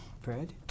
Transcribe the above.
Fred